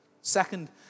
Second